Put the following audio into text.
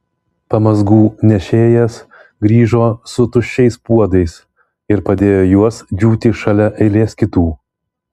pamazgų nešėjas grįžo su tuščiais puodais ir padėjo juos džiūti šalia eilės kitų